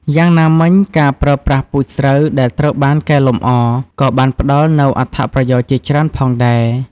យ៉ាងណាមិញការប្រើប្រាស់ពូជស្រូវដែលត្រូវបានកែលម្អ ក៏បានផ្ដល់នូវអត្ថប្រយោជន៍ជាច្រើនផងដែរ។